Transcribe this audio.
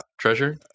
treasure